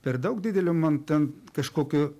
per daug didelio man ten kažkokio